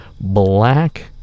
black